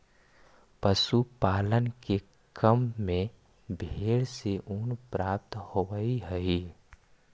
पशुपालन के क्रम में भेंड से ऊन प्राप्त होवऽ हई